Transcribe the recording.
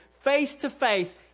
face-to-face